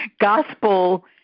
gospel